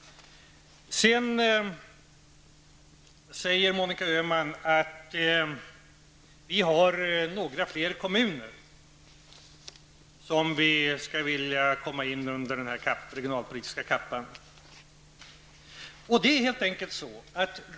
Sedan säger Monica Öhman att vi har fler kommuner som vi vill skall komma under den regionalpolitiska kappan.